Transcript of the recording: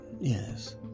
yes